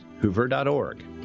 hoover.org